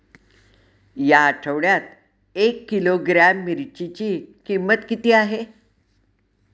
या आठवड्यात एक किलोग्रॅम मिरचीची किंमत किती आहे?